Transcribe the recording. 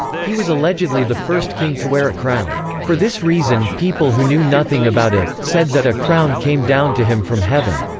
he was allegedly the first king to wear a crown. for this reason people who knew nothing about it, said that a crown came down to him from heaven.